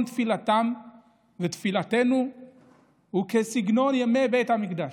תפילתם ותפילתנו הוא כסגנון ימי בית המקדש,